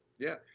yeah.